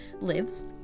lives